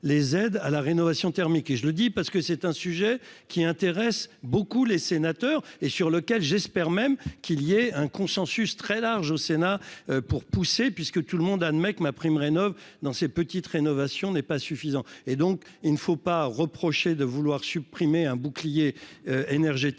les aides à la rénovation thermique et je le dis parce que c'est un sujet qui intéresse beaucoup les sénateurs et sur lequel j'espère même qu'il y ait un consensus très large au Sénat pour pousser, puisque tout le monde admet que MaPrimeRénov'dans ces petites rénovation n'est pas suffisant et donc il ne faut pas reprocher de vouloir supprimer un bouclier énergétique